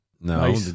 No